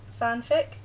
fanfic